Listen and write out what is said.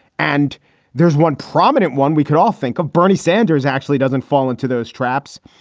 and there's one prominent one we could all think of. bernie sanders actually doesn't fall into those traps.